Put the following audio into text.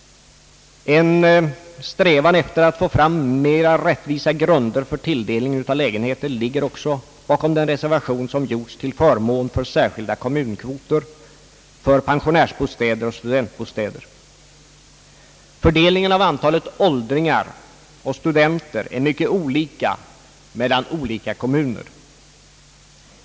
En strävan efter att få fram mera rättvisa grunder för tilldelning av lägenheter ligger också bakom den reservation som gjorts till förmån för särskilda kommunkvoter för pensionärsoch studentbostäder. Fördelningen av antalet åldringar och antalet studenter är mycket olika mellan olika kommuner.